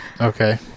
Okay